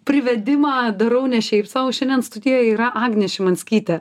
privedimą darau ne šiaip sau šiandien studijoj yra agnė šimanskytė